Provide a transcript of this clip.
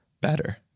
better